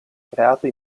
creato